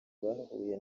bahuye